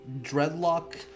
dreadlock